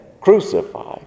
crucified